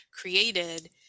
created